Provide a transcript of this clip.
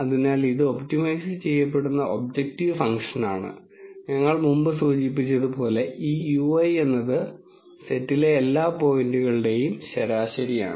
അതിനാൽ ഇത് ഒപ്റ്റിമൈസ് ചെയ്യപ്പെടുന്ന ഒബ്ജക്റ്റീവ് ഫംഗ്ഷനാണ് ഞങ്ങൾ മുമ്പ് സൂചിപ്പിച്ചതുപോലെ ഈ μi എന്നത് സെറ്റിലെ എല്ലാ പോയിന്റുകളുടെയും ശരാശരിയാണ്